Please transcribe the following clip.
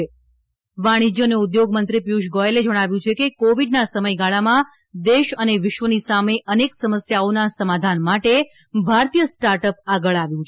ત વાણિજ્ય અને ઉદ્યોગમંત્રી પિયુષ ગોયલે જણાવ્યું છે કે કોવિડના સમયગાળામાં દેશ અને વિશ્વની સામે અનેક સમસ્યાઓના સમાધાન માટે ભારતીય સ્ટાર્ટઅપ આગળ આવ્યું છે